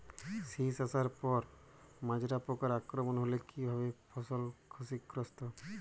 শীষ আসার পর মাজরা পোকার আক্রমণ হলে কী ভাবে ফসল ক্ষতিগ্রস্ত?